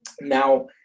Now